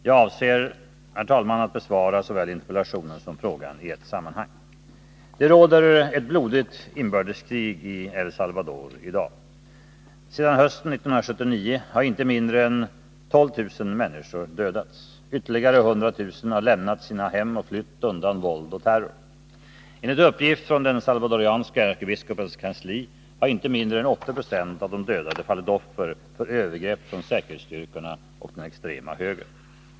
Jag avser att besvara såväl interpellationen som frågan i ett sammanhang. Det råder ett blodigt inbördeskrig i El Salvador i dag. Sedan hösten 1979 har inte mindre än 12 000 människor dödats. Ytterligare 100 000 har lämnat sina hem och flytt undan våld och terror. Enligt uppgift från den salvadoranska ärkebiskopens kansli har inte mindre än 80 96 av de dödade fallit offer för övergrepp från säkerhetsstyrkorna och den extrema högern.